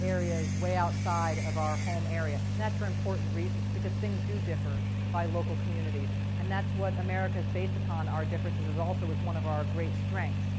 areas way outside of our home area, and that's for important reasons, because things do differ by local communities. and that's what america is based upon, our differences is also one of our great strengths.